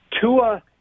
Tua